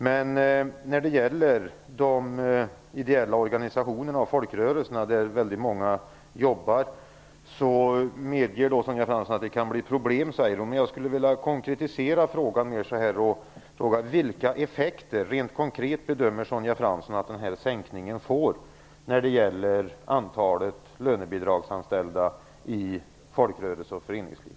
Men när det gäller de ideella organisationerna och folkrörelserna, där väldigt många jobbar, medger Sonja Fransson att det kan bli problem. Jag skulle vilja konkretisera frågan. Vilka konkreta effekter bedömer Sonja Fransson att sänkningen får när det gäller antalet lönebidragsanställda i folkrörelser och föreningsliv?